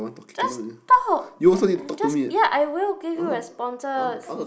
just talk ya just ya I will give you responses